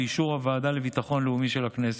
באישור הוועדה לביטחון לאומי של הכנסת,